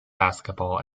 basketball